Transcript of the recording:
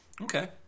Okay